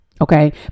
okay